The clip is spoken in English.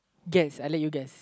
guess I let you guess